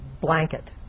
blanket